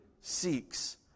seeks